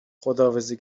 خداحافظی